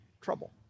trouble